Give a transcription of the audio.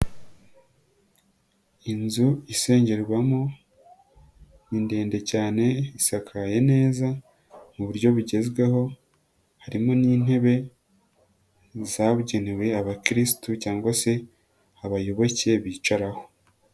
Inzu isengerwamo ni ndende cyane isakaye neza mu buryo bugezweho, harimo n'intebe zabugenewe abakirisitu cyangwa se abayoboke bicaraho.